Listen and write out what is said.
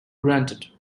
granted